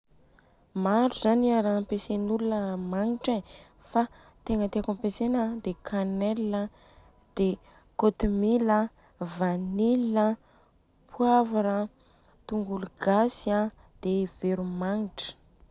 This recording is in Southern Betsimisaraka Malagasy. Maro zô raha ampiasaina olona magnitra e fa tegna tiako ampiasaina a dia kanellea, dia kôtimila a, vanille a, poivre an, tongolo gasy an dia vero magnitra.